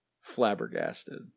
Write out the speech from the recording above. flabbergasted